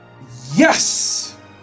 Yes